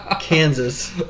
kansas